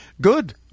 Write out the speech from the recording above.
good